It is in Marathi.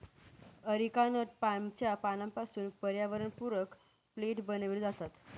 अरिकानट पामच्या पानांपासून पर्यावरणपूरक प्लेट बनविले जातात